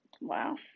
Wow